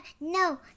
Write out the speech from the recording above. No